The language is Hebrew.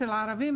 אצל ערבבים?